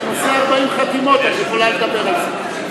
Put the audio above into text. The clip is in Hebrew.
בנושא 40 חתימות את יכולה לדבר על זה.